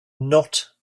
not